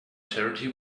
charity